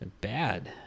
Bad